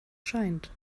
scheint